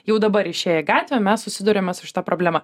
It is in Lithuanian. jau dabar išėję į gatvę mes susiduriame su šita problema